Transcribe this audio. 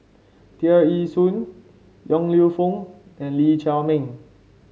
Tear Ee Soon Yong Lew Foong and Lee Chiaw Meng